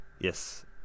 Yes